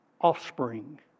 offspring